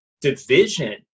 division